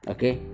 Okay